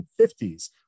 1950s